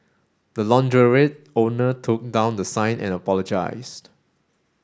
the launderette owner took down the sign and apologised